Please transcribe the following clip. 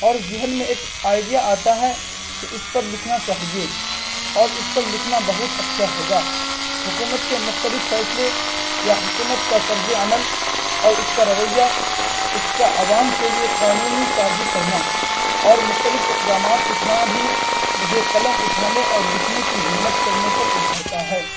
اور ذہن میں ایک آئیڈیا آتا ہے کہ اس پر لکھنا چاہیے اور اس پر لکھنا بہت اچّھا ہوگا حکومت کے مختلف فیصلے یا حکومت کا طرزِ عمل اور اس کا رویّہ اس کا عوام کے لیے قانونی سازی کرنا اور مختلف اقدامات اٹھانا بھی مجھے قلم اٹھانے اور لکھنے کی ہمت کرنے پر ابھارتا ہے